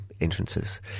entrances